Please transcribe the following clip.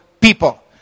people